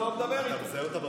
אתה מזהה אותה ברחוב?